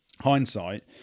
hindsight